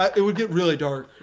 it would get really dark.